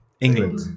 England